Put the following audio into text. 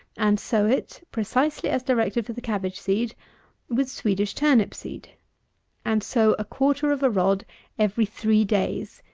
and sow it, precisely as directed for the cabbage-seed, with swedish turnip-seed and sow a quarter of a rod every three days,